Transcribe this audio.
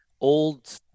old